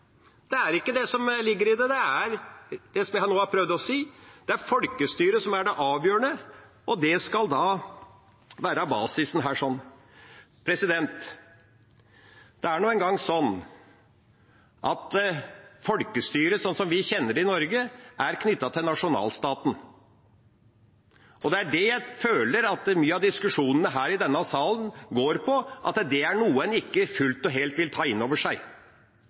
det er ikke det som ligger i det. Det er – som jeg nå har prøvd å si – folkestyret som er det avgjørende, og det skal være basisen her. Det er nå en gang sånn at folkestyret, som vi kjenner det i Norge, er knyttet til nasjonalstaten. Jeg føler at mye av diskusjonen her i denne salen går på at det er noe en ikke fullt og helt vil ta inn over seg.